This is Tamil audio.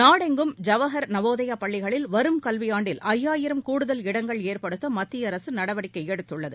நாடெங்கும் ஜவகர் நவோதயா பள்ளிகளில் வரும் கல்வியாண்டில் ஐயாயிரம் கூடுதல் இடங்கள் ஏற்படுத்த மத்திய அரசு நடவடிக்கை எடுத்துள்ளது